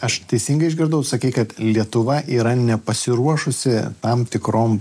aš teisingai išgirdau sakei kad lietuva yra nepasiruošusi tam tikrom